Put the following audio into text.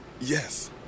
Yes